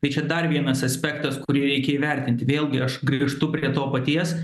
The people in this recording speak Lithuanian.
tai čia dar vienas aspektas kurį reikia įvertinti vėlgi aš grįžtu prie to paties